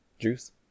juice